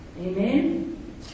Amen